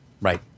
Right